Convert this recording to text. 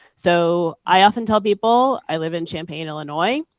so i often tell people i live in champaign, illinois.